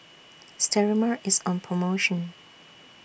Sterimar IS on promotion